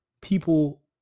people